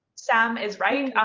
sam is right.